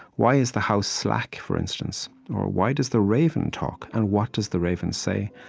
why is the house slack, for instance? or why does the raven talk, and what does the raven say?